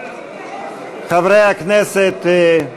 חברי הכנסת,